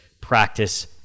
practice